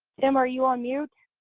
tim are you on mute?